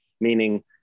meaning